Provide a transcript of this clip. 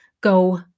go